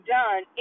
done